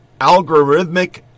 algorithmic